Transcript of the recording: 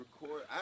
record